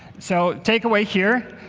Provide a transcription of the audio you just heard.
so take away here.